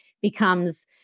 becomes